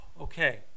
okay